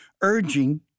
urging